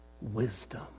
Wisdom